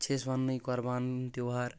اتھ چھِ أسۍ وننے قۄربان تیہوار